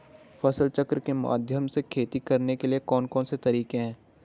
फसल चक्र के माध्यम से खेती करने के लिए कौन कौन से तरीके हैं?